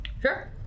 Sure